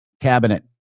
cabinet